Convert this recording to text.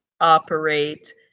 operate